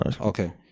okay